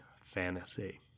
Fantasy